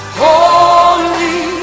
holy